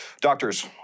Doctors